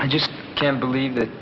i just can't believe that